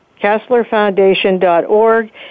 KesslerFoundation.org